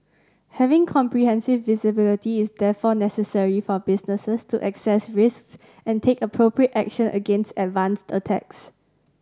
having comprehensive visibility is therefore necessary for businesses to assess risks and take appropriate action against advanced attacks